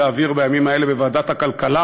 אשראי בוועדת הכלכלה.